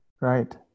Right